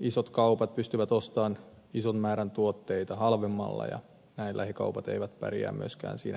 isot kaupat pystyvät ostamaan ison määrän tuotteita halvemmalla ja näin lähikaupat eivät myöskään pärjää hintakilpailussa